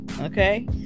Okay